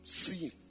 see